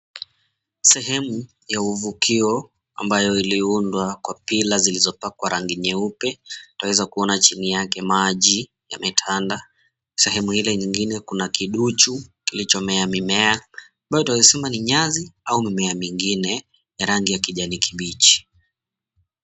Sehemu ya uvukio ambayo iliyoundawa kwa pillar iliyopakwa rangi nyeupe, twaweza kuona chini yake maji yametandaa. Sehemu ile nyingine kuna kiduchu kilichomea mimea ambayo twaweza sema ni nyasi au mimea mengine ya rangi ya kijani kibichi.